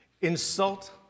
insult